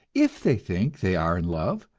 if they think they are in love,